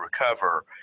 recover